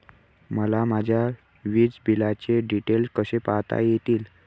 मला माझ्या वीजबिलाचे डिटेल्स कसे पाहता येतील?